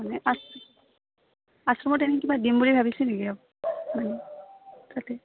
মানে আশ্ৰমত তেনেক কিবা দিম বুলি ভাবিছে নেকি আৰু মানে তাতে